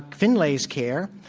finlay's care,